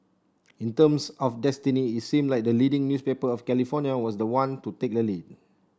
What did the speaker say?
in terms of destiny it seemed like the leading newspaper of California was the one to take the lead